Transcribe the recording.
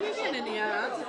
אני מאפשר,